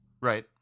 Right